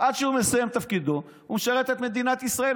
ועד שהוא מסיים את תפקידו הוא משרת את מדינת ישראל.